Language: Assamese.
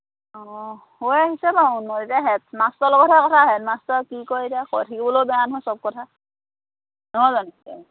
অঁ হৈ আহিছে বাৰু এতিয়া হেড মাষ্টৰৰ লগতহে কথা হেড মাষ্টৰে কি কৰে এতিয়া কৈ থাকিবলৈয়ো বেয়া নহয় চব কথা নহয় জানো